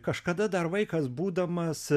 kažkada dar vaikas būdamas